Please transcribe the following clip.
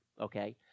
Okay